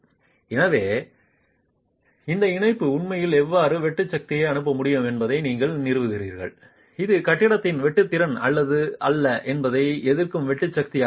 எனவேஅந்த இணைப்பு உண்மையில் எவ்வளவு வெட்டு சக்தியை அனுப்ப முடியும் என்பதை நீங்கள் நிறுவுவீர்கள் இது கட்டிடத்தின் வெட்டு திறன் அல்ல என்பதை எதிர்க்கும் வெட்டு சக்தியாக மாறும்